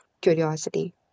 curiosity